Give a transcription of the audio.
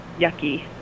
yucky